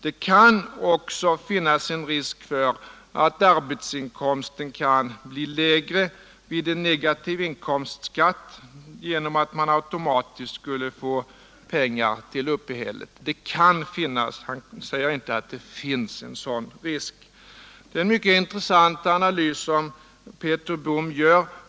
Det kan också finnas en risk för att arbetsinkomsten kan bli lägre vid en negativ inkomstskatt, genom att man automatiskt skulle få pengar till uppehället. Det kan finnas han säger inte att det finns en sådan risk. Det är en mycket intressant analys som Peter Bohm gör.